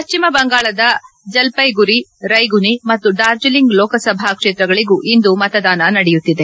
ಪಶ್ಚಿಮ ಬಂಗಾಳದ ಜಲ್ಟೈಗುರಿ ರೈಗುನಿ ಮತ್ತು ಡಾರ್ಜಲಿಂಗ್ ಲೋಕಸಭಾ ಕ್ಷೇತ್ರಗಳಿಗೂ ಇಂದು ಮತದಾನ ನಡೆಯುತ್ತಿದೆ